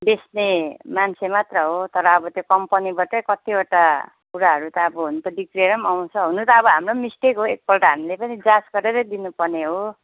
बेच्ने मान्छे मात्र हो तर अब त्यो कम्पनीबाटै कतिवटा कुराहरू त अब हुन त बिग्रेर पनि आउँछ हुनु त हाम्रो पनि मिस्टेक हो एकपल्ट हामीले पनि जाँच गरेरै दिनुपर्ने हो